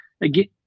Again